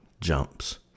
jumps